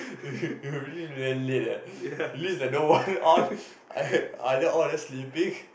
you you really very late eh it means that no one all either either all of them sleeping